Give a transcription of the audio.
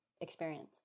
experience